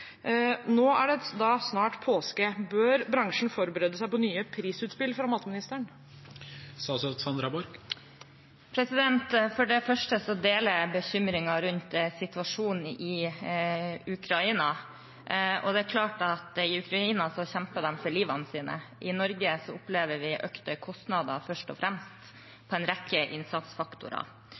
Nå er det snart påske. Bør bransjen forberede seg på nye prisutspill fra matministeren? For det første deler jeg bekymringen rundt situasjonen i Ukraina. I Ukraina kjemper de for livet, i Norge opplever vi økte kostnader, først og fremst på en rekke innsatsfaktorer.